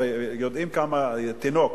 הרי יודעים כמה תינוק,